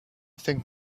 think